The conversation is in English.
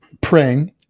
praying